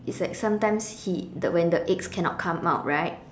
it's like sometimes he the when the eggs cannot come out right